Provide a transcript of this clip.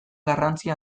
garrantzia